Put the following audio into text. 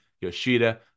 Yoshida